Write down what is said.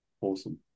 awesome